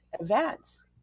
events